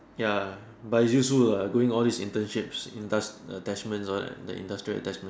ya but its useful uh going all these internships indus~ attachment all that the industrial attachment